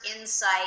insight